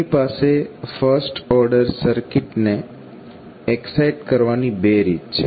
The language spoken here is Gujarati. આપણી પાસે ફર્સ્ટ ઓર્ડર સર્કિટ્સને એકસાઇટ કરવાની બે રીત છે